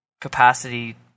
capacity